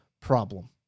problem